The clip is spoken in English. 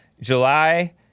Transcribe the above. July